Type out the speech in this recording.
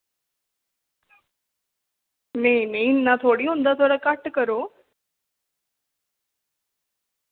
नेईं नेईं इन्ना थोह्ड़े होंदा घट्ट करो